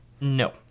No